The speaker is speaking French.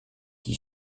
qui